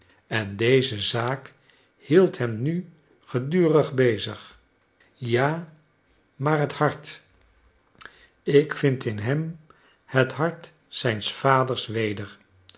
en deze zaak hield hem nu gedurig bezig ja maar het hart ik vind in hem het hart zijns vaders weder